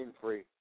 free